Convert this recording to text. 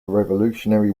revolutionary